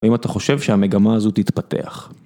האם אתה חושב שהמגמה הזו תתפתח?